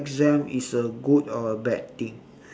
exam is a good or a bad thing